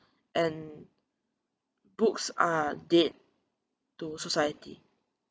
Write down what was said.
and books are dead to society